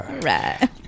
Right